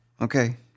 okay